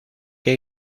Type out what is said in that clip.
que